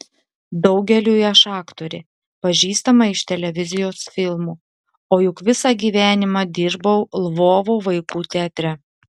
daugeliui aš aktorė pažįstama iš televizijos filmų o juk visą gyvenimą dirbau lvovo vaikų teatre